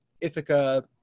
Ithaca